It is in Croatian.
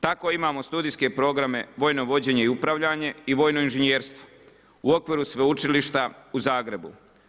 Tako imamo studijske programe vojno vođenje i upravljanje i vojno inženjerstvu u okviru sveučilišta u Zagrebu.